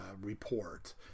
report